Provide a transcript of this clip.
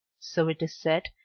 so it is said,